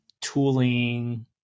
tooling